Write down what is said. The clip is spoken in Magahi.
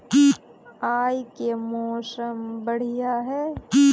आय के मौसम बढ़िया है?